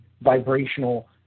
vibrational